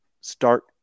start